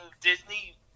Disney